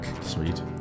Sweet